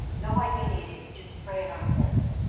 no wiping needed, you just spray it on the desk.